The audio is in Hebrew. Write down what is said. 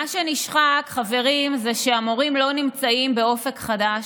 מה שנשחק, חברים, זה שהמורים לא נמצאים באופק חדש.